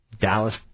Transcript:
Dallas